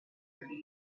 thirty